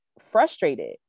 frustrated